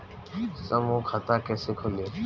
समूह खाता कैसे खुली?